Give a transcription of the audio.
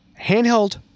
handheld